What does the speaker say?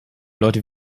leute